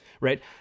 right